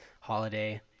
Holiday